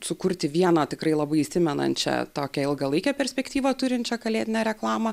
sukurti vieną tikrai labai įsimenančią tokią ilgalaikę perspektyvą turinčią kalėdinę reklamą